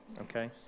okay